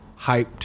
hyped